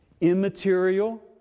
immaterial